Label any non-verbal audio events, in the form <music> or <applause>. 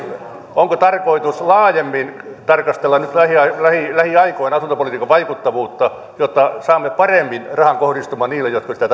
onko tarkoitus laajemmin tarkastella nyt lähiaikoina lähiaikoina asuntopolitiikan vaikuttavuutta jotta saamme paremmin rahan kohdistumaan niille jotka sitä <unintelligible>